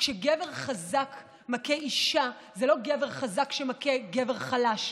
כשגבר חזק מכה אישה זה לא גבר חזק שמכה גבר חלש,